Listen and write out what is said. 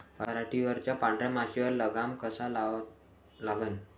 पराटीवरच्या पांढऱ्या माशीवर लगाम कसा लावा लागन?